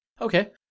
Okay